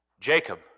Jacob